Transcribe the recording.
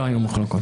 לא היו מחלוקות.